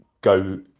go